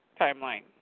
timeline